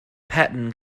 pattern